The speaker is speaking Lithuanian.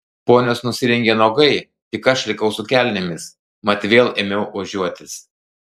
ponios nusirengė nuogai tik aš likau su kelnėmis mat vėl ėmiau ožiuotis